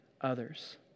others